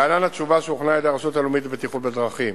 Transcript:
להלן התשובה שהוכנה על-ידי הרשות הלאומית לבטיחות בדרכים: